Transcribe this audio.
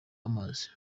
amazi